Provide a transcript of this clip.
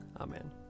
Amen